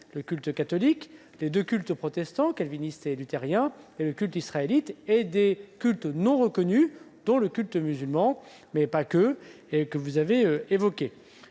le culte catholique, les deux cultes protestants, calviniste et luthérien, et le culte israélite -et des cultes non reconnus, dont le culte musulman, mais pas uniquement. Nous